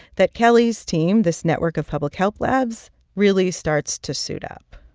that kelly's team, this network of public health labs, really starts to suit up.